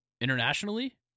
internationally